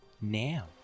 now